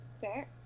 Fair